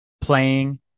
playing